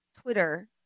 twitter